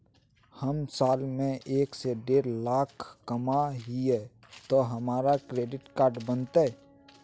हम साल में एक से देढ लाख कमा हिये तो हमरा क्रेडिट कार्ड बनते?